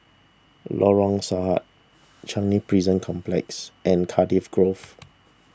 Lorong Sahad Changi Prison Complex and Cardiff Grove